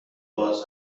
باز